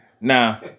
Now